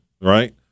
right